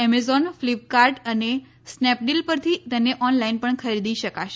Amazon Flipkart અને Snapdeal પરથી તેને ઓનલાઇન પણ ખરીદી શકાશે